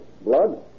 Blood